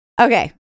Okay